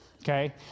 Okay